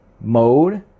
mode